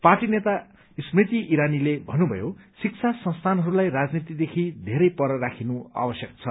party नेता स्मृति इरानीले भन्नुभयो शिक्षा संस्थानहरूलाई राजनीतिदेखि धेरै पर राखिनु आवश्यक छ